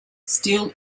still